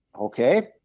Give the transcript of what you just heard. Okay